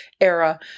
era